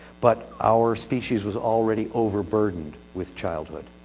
but our species was already overburdened with childhood